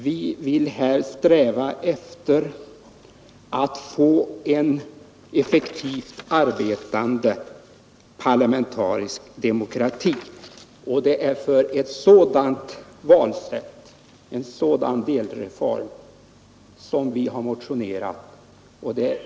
Vi strävar efter att få en effektivt arbetande parlamentarisk demokrati. Det är för ett sådant valsätt, en sådan delreform, vi har motionerat.